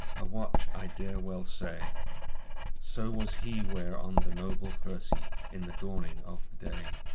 a watch i dare well say so was he ware on the noble percy in the dawning of the day.